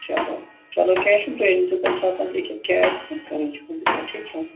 چَلو چَلو کیٚنٛہہ چھُنہٕ تُہۍ أنۍ زیٚو تَمہِ ساتہٕ لیٖکھِتھ کیٛاہ آسہِ تہٕ کٕہیٖنٛۍ چھُنہٕ فِکرٹھیٖک چھا